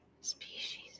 Species